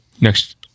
next